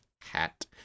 Hat